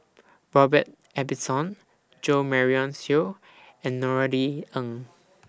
Robert Ibbetson Jo Marion Seow and Norothy Ng